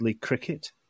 cricket